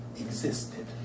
existed